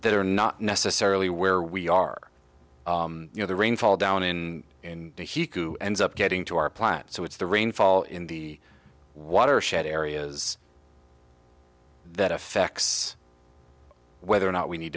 that are not necessarily where we are you know the rainfall down in in the he ends up getting to our plant so it's the rainfall in the watershed areas that affects whether or not we need